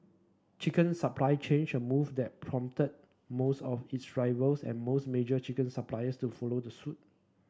chicken supply change a move that prompted most of its rivals and most major chicken suppliers to follow the suit